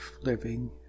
living